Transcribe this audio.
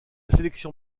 sélection